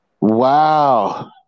Wow